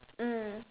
mm